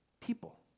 people